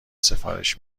سفارش